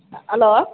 hello